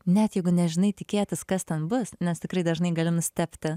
net jeigu nežinai tikėtis kas ten bus nes tikrai dažnai gali nustebti